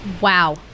Wow